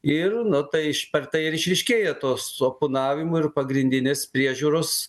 ir na tai iš per tai ir išryškėja tos oponavimo ir pagrindinės priežiūros